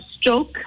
stroke